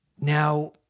Now